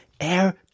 air